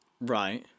Right